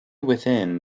within